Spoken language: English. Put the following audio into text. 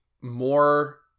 more